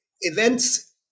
events